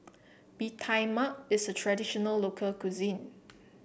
Bee Tai Mak is a traditional local cuisine